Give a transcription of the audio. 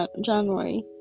January